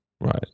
Right